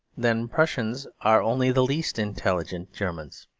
then prussians are only the least intelligent germans.